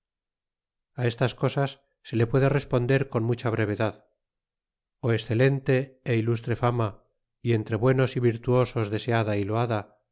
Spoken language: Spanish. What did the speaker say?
a estas cosas se le puede responder con mucha brevedad ó excelente y ilustre fama y entre buenos y virtuosos deseada y loada